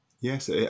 Yes